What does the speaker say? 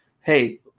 hey